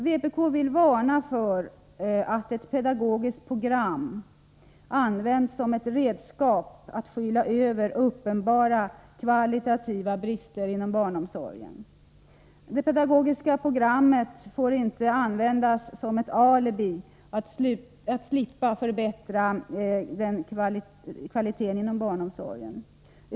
Vpk vill varna för att använda ett pedagogiskt program som ett redskap att skyla över uppenbara kvalitativa brister inom barnomsorgen. Det pedagogiska programmet får inte bli ett alibi att slippa förbättra kvaliteten inom barnomsorgen.